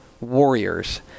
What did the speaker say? Warriors